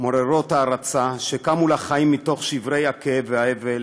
מעוררות הערצה, שקמו לחיים מתוך שברי הכאב והאבל,